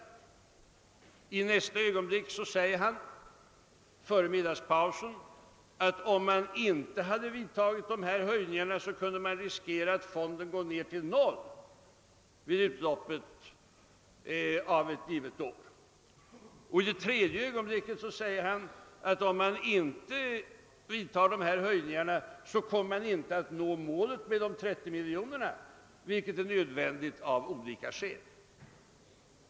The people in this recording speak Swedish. Men i nästa ögonblick säger socialministern — före middagspausen — att om man inte vidtagit dessa höjningar kunde man riskera att fonden går ned till noll vid slutet av ett givet år. Och i det tredje ögonblicket säger socialministern att om man inte vidtar dessa höjningar, så kommer man inte att nå målet med de 30 miljonerna, vilket är nödvändigt av olika skäl.